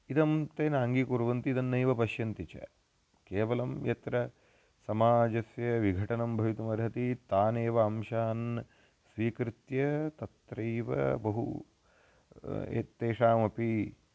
इदं ते नाङ्गीकुर्वन्ति इदन्नेव पश्यन्ति च केवलं यत्र समाजस्य विघटनं भवितुमर्हति तानेव अंशान् स्वीकृत्य तत्रैव बहु यत् तेषामपि